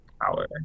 power